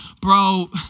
Bro